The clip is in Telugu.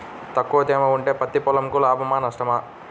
తక్కువ తేమ ఉంటే పత్తి పొలంకు లాభమా? నష్టమా?